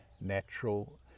natural